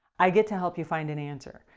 i get to help you find an answer.